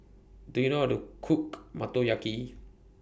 Do YOU know How to Cook Motoyaki